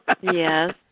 Yes